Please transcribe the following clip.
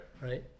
Right